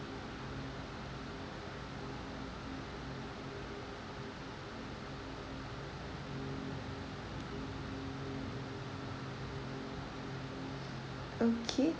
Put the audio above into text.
okay